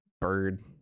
bird